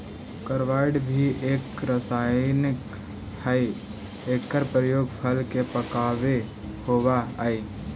carbide भी एक रसायन हई एकर प्रयोग फल के पकावे होवऽ हई